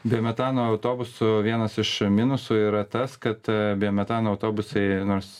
biometano autobusų vienas iš minusų yra tas kad biometano autobusai nors